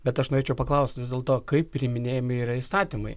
bet aš norėčiau paklaust vis dėlto kaip priiminėjami yra įstatymai